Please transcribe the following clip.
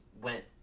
went